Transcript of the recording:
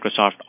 Microsoft